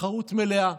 תחרות מלאה.